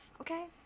okay